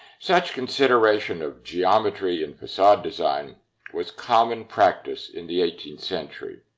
such consideration of geometry and facade design was common practice in the eighteenth century.